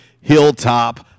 Hilltop